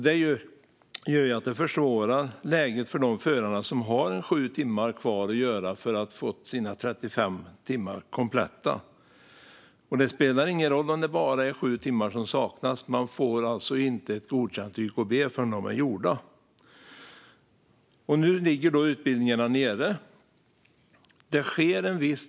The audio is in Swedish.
Detta försvårar för de förare som har sju timmar kvar att göra för att få sina 35 timmar kompletta. Det spelar ingen roll om det bara är sju timmar som saknas, för man får inget godkänt YKB förrän de är gjorda. Nu ligger utbildningarna som sagt nere, men en viss del sker på distans.